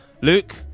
Luke